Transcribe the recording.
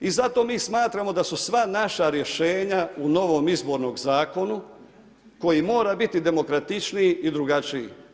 I zato mi smatramo da su sva naša rješenja u novom izbornom zakonu koji mora biti demokratičniji i drugačiji.